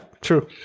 true